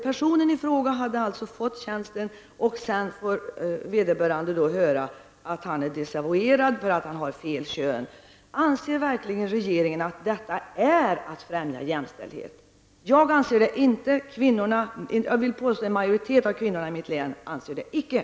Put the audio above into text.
Personen i fråga hade alltså fått tjänsten och sedan får vederbörande höra att han är desavouerad för att han har fel kön. Anser verkligen regeringen att detta är att främja jämställdheten? Jag anser det inte. Jag vill påstå att en majoritet av kvinnorna i mitt län icke anser det.